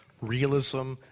realism